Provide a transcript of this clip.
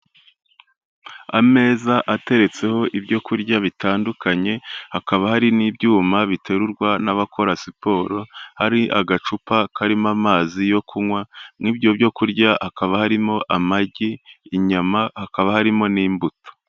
Ameza ateretseho ibyo kurya bitandukanye hakaba hari n'ibyuma biterurwa n'abakora siporo, hari agacupa karimo amazi yo kunywa n'ibyo byo kurya hakaba harimo amagi, inyama hakaba harimo n'imbuto.